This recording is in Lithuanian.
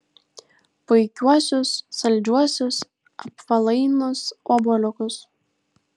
puikiuosius saldžiuosius apvalainus obuoliukus